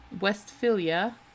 Westphalia